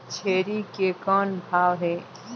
छेरी के कौन भाव हे?